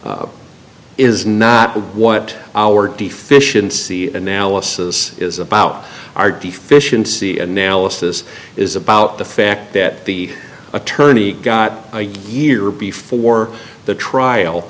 is not what our deficiency and now losses is about our deficiency analysis is about the fact that the attorney got a year before the trial